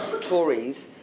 Tories